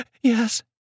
yes